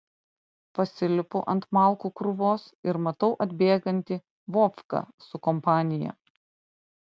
pasilipu ant malkų krūvos ir matau atbėgantį vovką su kompanija